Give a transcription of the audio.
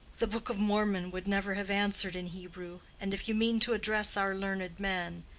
the book of mormon would never have answered in hebrew and if you mean to address our learned men,